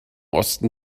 osten